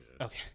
Okay